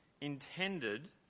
Intended